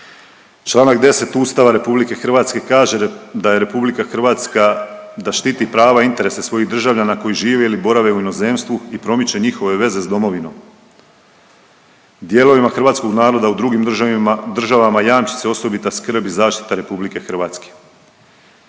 Članak 10. Ustava RH kaže da je Republika Hrvatska da štiti prava i interese svojih državljana koji žive ili borave u inozemstvu i promiče njihove veze s domovinom. Dijelovima Hrvatskog naroda u drugim državama jamči se osobita skrb i zaštita RH. Domovinski